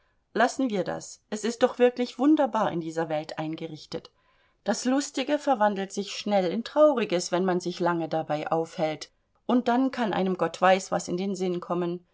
lassen wir das es ist doch wirklich wunderbar in dieser welt eingerichtet das lustige verwandelt sich schnell in trauriges wenn man sich lange dabei aufhält und dann kann einem gott weiß was in den sinn kommen